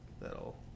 that'll